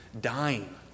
dying